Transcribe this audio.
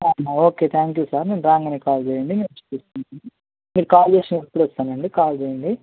ఆ okay thank you sir రాగానే call చేయండి నేను వచ్చి తీసుకుంటాను మీరు కాల్ చేసినప్పుడు వస్తానండి కాల్ చేయండి